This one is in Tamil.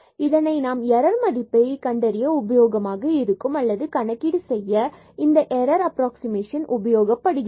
இது நாம் எரர் மதிப்பை கண்டறிய உபயோகமாக இருக்கும் அல்லது கணக்கீடு செய்ய இந்த எரர் அப்ராக்ஸிமேஷன் உபயோகப்படுகிறது